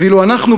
ואילו אנחנו,